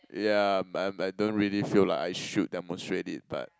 ya um don't really feel like I should demonstrate it but